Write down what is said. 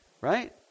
right